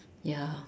ya